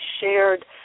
shared